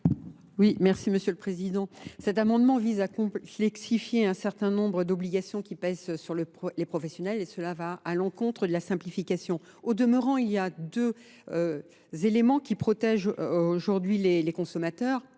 merci Monsieur le Président. Cet amendement vise à flexifier un certain nombre d'obligations qui pèsent sur les professionnels et cela va à l'encontre de la simplification. Au demeurant, il y a deux éléments qui protègent aujourd'hui les consommateurs.